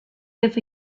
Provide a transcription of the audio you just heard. ihes